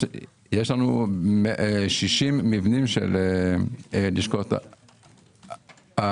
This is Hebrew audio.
יש לנו 60 מבנים של לשכות האוכלוסין,